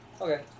Okay